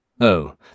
Oh